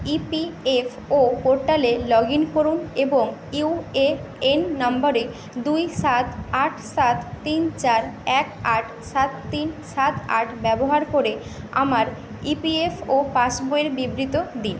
EPFO পোর্টালে log in করুন এবং ইউএএন নম্বরে দুই সাত আট সাত তিন চার এক আট সাত তিন সাত আট ব্যবহার করে আমার ইপিএফও পাসবইয়ের বিবৃতি দিন